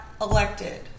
elected